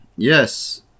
Yes